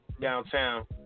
downtown